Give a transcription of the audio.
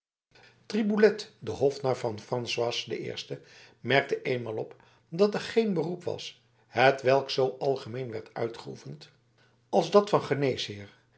de hofnar van françois i merkte eenmaal op dat er geen beroep was hetwelk zoo algemeen werd uitgeoefend als dat van